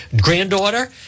granddaughter